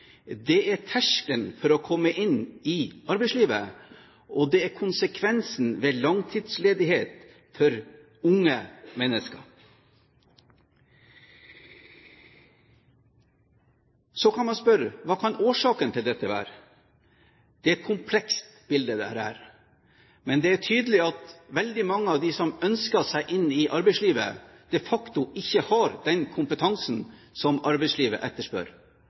det er terskelen for å komme inn i arbeidslivet, og det er konsekvensen ved langtidsledighet for unge mennesker. Man kan spørre hva årsaken til dette kan være. Det er et komplekst bilde, men det er tydelig at veldig mange av dem som ønsker seg inn i arbeidslivet, de facto ikke har den kompetansen som arbeidslivet etterspør.